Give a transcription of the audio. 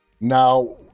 Now